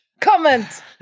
comment